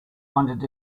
wondered